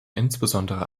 insbesondere